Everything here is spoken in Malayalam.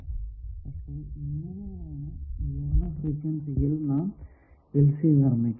പക്ഷെ ഇങ്ങനെയാണ് ഉയർന്ന ഫ്രീക്വൻസിയിൽ നാം LC നിർമിക്കുക